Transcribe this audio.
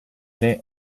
ere